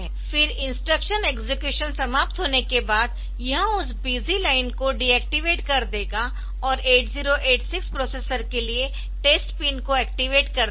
फिर instruction execution समाप्त होने के बाद यह उस बिजी लाइन को डीएक्टिवेट कर देगा और 8086 प्रोसेसर के लिए टेस्ट पिन को एक्टिवेट कर देगा